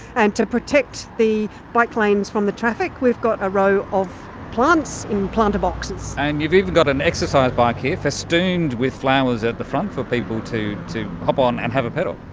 and to protect the bike lanes from the traffic we've got a row of plants in planter boxes. and you've even got an exercise bike here festooned with flowers at the front for people to to hop on and have a pedal.